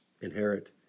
inherit